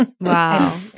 Wow